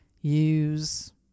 use